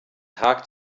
tag